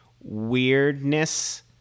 weirdness